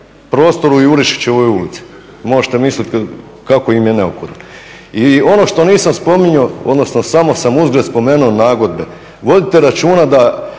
prostor u Jurišićevoj ulici. Možete misliti kako im je neophodno. I ono što nisam spominjao, odnosno samo sam … spomenuo nagodbe. Vodite računa da